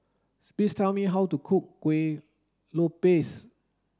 please tell me how to cook Kueh lopes